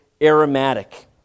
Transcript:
aromatic